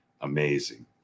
amazing